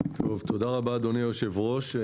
תודה רבה אדוני היושב ראש.